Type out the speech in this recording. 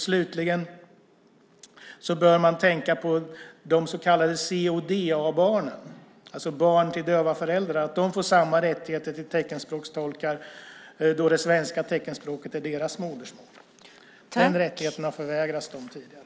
Slutligen bör man tänka på att de så kallade CODA-barnen, alltså barn till döva föräldrar, får samma rättigheter till teckenspråkstolkar som döva då det svenska teckenspråket är deras modersmål. Den rättigheten har förvägrats dem tidigare.